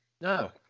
No